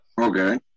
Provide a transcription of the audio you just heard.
Okay